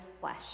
flesh